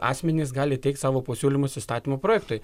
asmenys gali teikt savo pasiūlymus įstatymo projektui